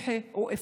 לכי והיבדקי.